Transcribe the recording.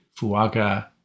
Fuaga